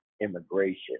immigration